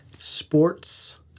Sports